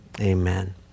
Amen